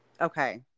Okay